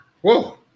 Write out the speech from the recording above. Whoa